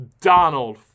Donald